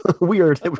weird